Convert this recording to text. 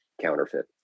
counterfeit